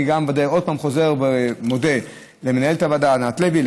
אני חוזר שוב ומודה למנהלת הוועדה ענת לוי,